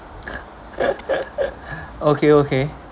okay okay